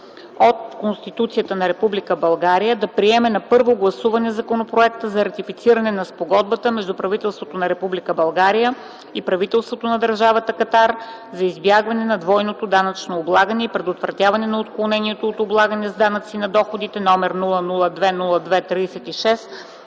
от Конституцията на Република България да приеме на първо гласуване Законопроект за ратифициране на Спогодбата между правителството на Република България и правителството на Държавата Катар за избягване на двойното данъчно облагане и предотвратяване на отклонението от облагане с данъци на доходите, № 002-02-36,